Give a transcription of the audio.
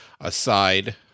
aside